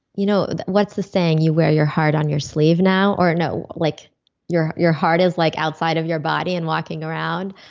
you know, what's the saying, you wear your heart on your sleeve now? or no, like your your heart is like outside of your body and walking around.